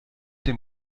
dem